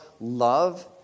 love